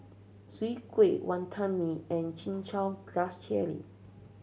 Chwee Kueh Wantan Mee and Chin Chow Grass Jelly